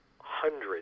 hundreds